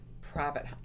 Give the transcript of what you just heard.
private